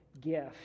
gift